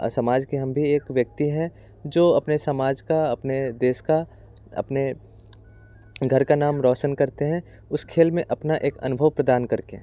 समाज के हम भी एक व्यक्ति हैं जो अपने समाज का अपने देश का अपने घर का नाम रोशन करते हैं उस खेल में अपना एक अनुभव प्रदान करके